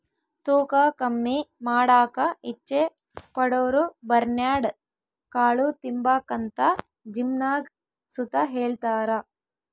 ತೂಕ ಕಮ್ಮಿ ಮಾಡಾಕ ಇಚ್ಚೆ ಪಡೋರುಬರ್ನ್ಯಾಡ್ ಕಾಳು ತಿಂಬಾಕಂತ ಜಿಮ್ನಾಗ್ ಸುತ ಹೆಳ್ತಾರ